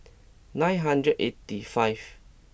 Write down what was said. nine hundred eighty five